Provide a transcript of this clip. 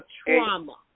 trauma